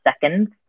seconds